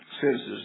senses